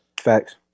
Facts